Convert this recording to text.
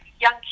young